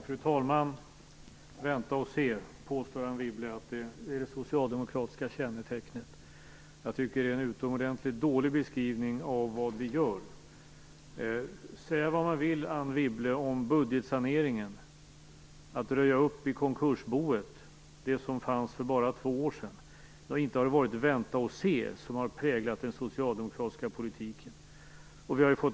Fru talman! Anne Wibble påstår att det socialdemokratiska kännetecknet är att vänta och se. Jag tycker att det är en utomordentligt dålig beskrivning av vad vi gör. Säga vad man vill om budgetsaneringen, men inte har det varit att vänta och se som har präglat den socialdemokratiska politiken i arbetet med att röja upp i det konkursbo som fanns för bara två år sedan.